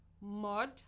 mud